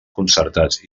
concertats